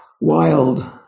wild